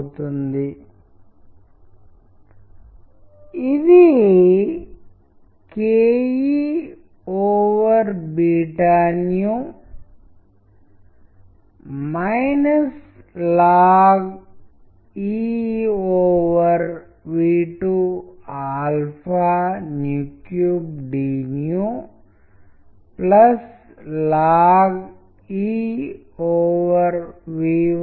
స్క్రీన్ని చూస్తున్నట్లయితే మీరు ఇక్కడ టైపోగ్రఫీని చూస్తున్నట్లయితే ఇది ఎలా బిహేవ్ చేస్తుందో మీరే చూడగలరు లేదా మీరు దీన్ని చూస్తున్నట్లయితే ఇది రెండు విభిన్న విషయాలను తెలియజేస్తుంది ఒకటి నెమ్మది మరియు స్టెప్స్ ఇక్కడ చెప్పవలసిన అవసరం లేని విషయం ఏంటంటే క్రమానుగతమైన విషయం ఏమిటంటే ఆమె మెట్ల నుండి క్రిందికి నడిచి ఉండవచ్చు